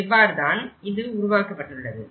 இவ்வாறு தான் இது உருவாக்கப்பட்டுள்ளது